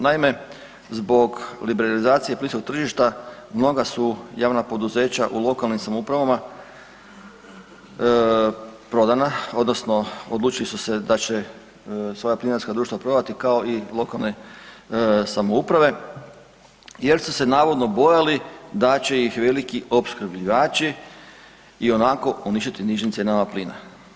Naime, zbog liberalizacije plinskog tržišta mnoga su javna poduzeća u lokalnim samoupravama prodana odnosno odlučili su se da će svoja plinarska društva prodati kao i lokalne samouprave jer su se navodno bojali da će ih veliki opskrbljivači ionako uništiti nižim cijenama plina.